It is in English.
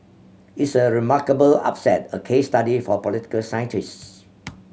it's a remarkable upset a case study for political scientists